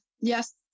yes